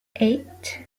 eight